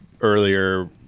earlier